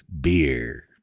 beer